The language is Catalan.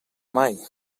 mai